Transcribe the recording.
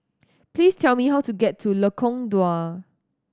please tell me how to get to Lengkong Dua